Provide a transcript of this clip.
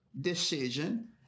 decision